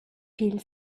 pil